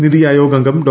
നിതി ആയോഗ് അംഗം ഡോ